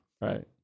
Right